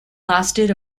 lasted